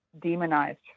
demonized